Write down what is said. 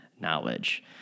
knowledge